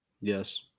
Yes